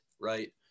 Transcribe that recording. right